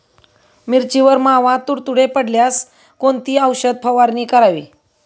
मिरचीवर मावा, तुडतुडे पडल्यास कोणती औषध फवारणी करावी?